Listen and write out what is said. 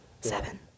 Seven